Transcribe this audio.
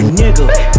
nigga